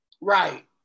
Right